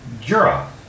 Jura